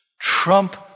Trump